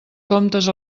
comptes